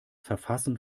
verfassen